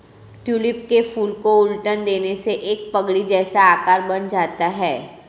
tulip के फूल को उलट देने से एक पगड़ी जैसा आकार बन जाता है